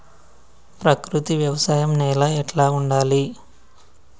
ప్రకృతి వ్యవసాయం నేల ఎట్లా ఉండాలి?